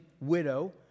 widow